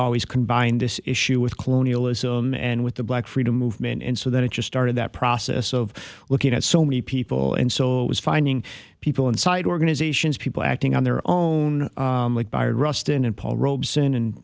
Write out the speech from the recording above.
always combined this issue with colonialism and with the black freedom movement and so then it just started that process of looking at so many people and so it was finding people inside organizations people acting on their own